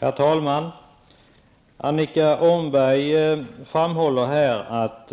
Herr talman! Annika Åhnberg framhåller att